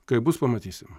kaip bus pamatysim